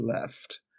left